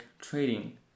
trading